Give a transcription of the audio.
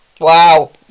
Wow